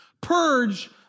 Purge